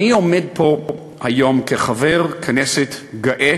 אני עומד פה היום כחבר כנסת גאה